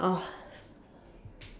uh